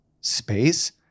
space